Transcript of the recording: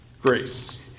Grace